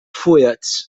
fullets